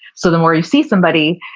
so the more you see somebody,